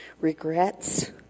regrets